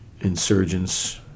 insurgents